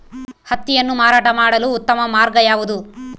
ಹತ್ತಿಯನ್ನು ಮಾರಾಟ ಮಾಡಲು ಉತ್ತಮ ಮಾರ್ಗ ಯಾವುದು?